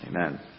Amen